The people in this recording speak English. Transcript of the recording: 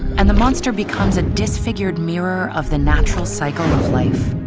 and the monster becomes a disfigured mirror of the natural cycle of life.